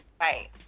Right